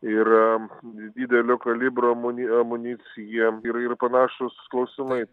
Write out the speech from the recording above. yra didelio kalibro amuni amunicija ir ir panašūs klausimai